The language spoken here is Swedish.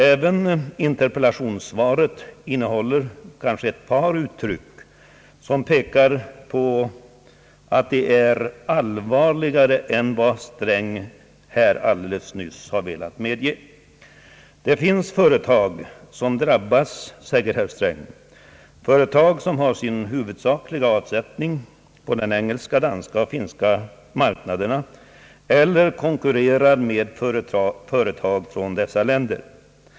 Även interpellationssvaret innehåller ett par uttryck som antyder att läget är allvarligare än herr Sträng här nyss velat medge. Det finns företag som drabbas — säger herr Sträng — före tag som har sin huvudsakliga avsättning på de engelska, danska och finska marknaderna eller konkurrerar med företag från dessa länder.